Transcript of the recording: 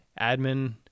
admin